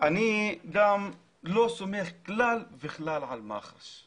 אני גם לא סומך כלל וכלל על מח"ש,